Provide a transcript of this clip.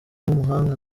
w’umuhanga